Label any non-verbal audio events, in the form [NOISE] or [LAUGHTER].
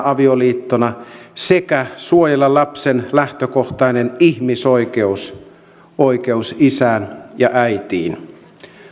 [UNINTELLIGIBLE] avioliittona sekä suojella lapsen lähtökohtainen ihmisoikeus oikeus isään ja äitiin